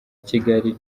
kigali